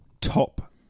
top